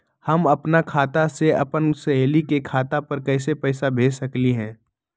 हम अपना खाता से अपन सहेली के खाता पर कइसे पैसा भेज सकली ह?